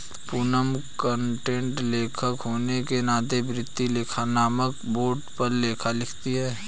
Poonam content लेखक होने के नाते वित्तीय लेखांकन मानक बोर्ड पर लेख लिखती है